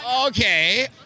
Okay